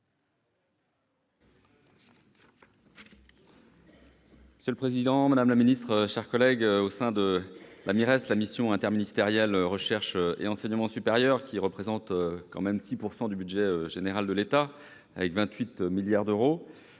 Monsieur le président, madame la ministre, mes chers collègues, au sein de la mission interministérielle « Recherche et enseignement supérieur », la MIRES, qui représente tout de même 6 % du budget général de l'État, avec 28 milliards d'euros,